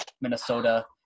Minnesota